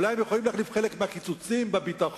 אולי הם יכולים להחליף חלק מהקיצוצים בביטחון,